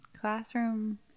Classroom